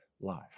life